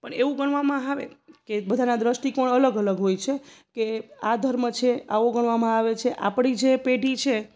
પણ એવું ગણવામાં આવે કે બધાના દૃષ્ટિકોણ અલગ અલગ હોય છે કે આ ધર્મ છે આવો ગણવામાં આવે છે આપણી જે પેઢી છે